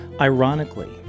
Ironically